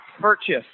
purchase